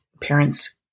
parents